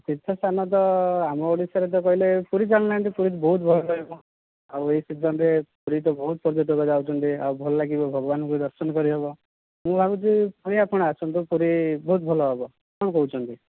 ତୀର୍ଥସ୍ଥାନ ତ ଆମ ଓଡ଼ିଶାରେ ତ କହିଲେ ପୁରୀ ଚାଲୁନାହାଁନ୍ତି ପୁରୀ ବହୁତ ଭଲ ରହିବ ଆଉ ଏଇ ସିଜନ୍ରେ ପୁରୀ ତ ବହୁତ ପର୍ଯ୍ୟଟକ ଯାଉଛନ୍ତି ଆଉ ଭଲ ଲାଗିବ ଭଗବାନଙ୍କୁ ଦର୍ଶନ କରିହେବ ମୁଁ ଭାବୁଛି ପୁରୀ ଆପଣ ଆସନ୍ତୁ ପୁରୀ ବହୁତ ଭଲ ହେବ କ'ଣ କହୁଛନ୍ତି